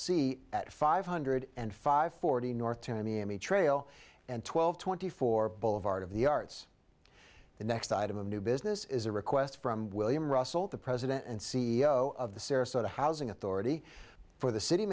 c at five hundred and five forty north to me in the trail and twelve twenty four boulevard of the arts the next item of new business is a request from william russell the president and c e o of the sarasota housing authority for the city